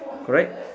correct